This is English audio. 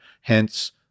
Hence